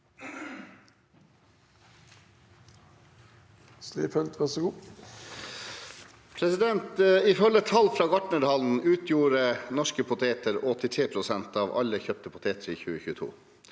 Ifølge tall fra Gartnerhallen utgjorde norske poteter 83 pst. av alle kjøpte poteter i 2022.